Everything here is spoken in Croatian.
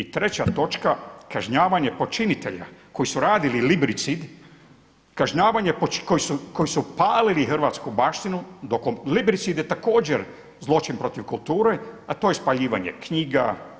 I treća točka kažnjavanje počinitelja koji su radili librici, kažnjavanje, koji su palili hrvatsku baštinu dok … također zločin protiv kulture, a to je spaljivanje knjiga.